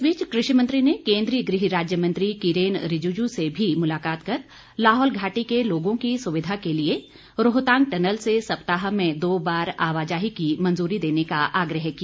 इस बीच कृषि मंत्री ने केन्द्रीय गृह राज्य मंत्री किरण रिजिजु से भी मुलाकात कर लाहौल घाटी के लोगों की सुविधा के लिए रोहतांग टनल से सप्ताह में दो बार आवाजाही की मंजूरी देने का आग्रह किया